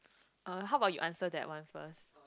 uh how about you answer that one first